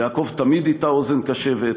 יעקב תמיד הטה אוזן קשבת,